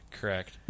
correct